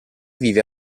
vive